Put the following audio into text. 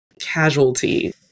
casualty